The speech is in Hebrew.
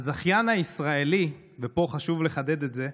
הזכיין הישראלי, ופה חשוב לחדד את זה,